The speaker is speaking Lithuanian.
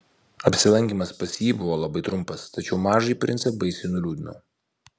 apsilankymas pas jį buvo labai trumpas tačiau mažąjį princą baisiai nuliūdino